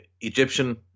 Egyptian